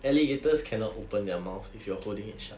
alligators cannot open their mouth if you are holding it shut